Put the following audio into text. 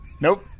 Nope